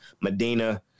Medina